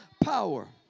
power